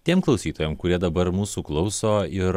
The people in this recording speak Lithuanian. tiem klausytojam kurie dabar mūsų klauso ir